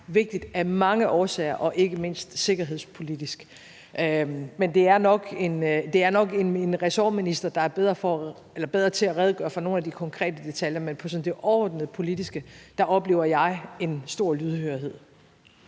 vigtigt af mange årsager og ikke mindst sikkerhedspolitisk. Men det er nok en ressortminister, der er bedre til at redegøre for nogle af de konkrete detaljer. Men på det sådan overordnede politiske plan oplever jeg en stor lydhørhed.